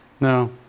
No